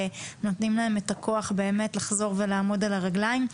ונותנים להם כוח לחזור ולעמוד על הרגליים.